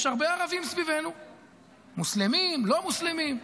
יש הרבה ערבים סביבנו, מוסלמים, לא מוסלמים.